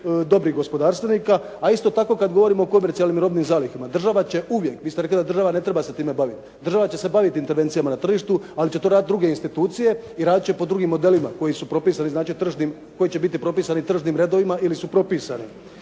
dobrih gospodarstvenika. A isto tako kada govorimo o komercijalnim robnim zalihama, država će uvijek, vi ste rekli da država ne treba se time baviti. Država će se baviti intervencijama na tržištu, ali će to raditi druge institucije i raditi će po drugim modelima koji su propisani znači tržnim, koji će biti propisani